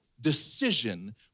decision